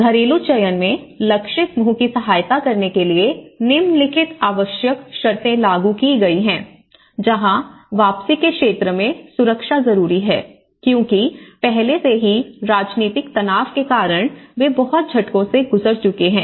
घरेलू चयन में लक्ष्य समूह की सहायता करने के लिए निम्नलिखित आवश्यक शर्तें लागू की गई हैं जहां वापसी के क्षेत्र में सुरक्षा जरूरी है क्योंकि पहले से ही राजनीतिक तनाव के कारण वे बहुत झटकों से गुजर चुके हैं